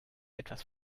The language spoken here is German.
etwas